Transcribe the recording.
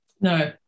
No